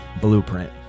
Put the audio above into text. blueprint